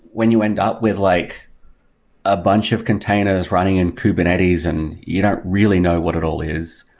when you end up with like a bunch of containers running in kubernetes and you don't really know what it all is.